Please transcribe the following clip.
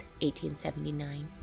1879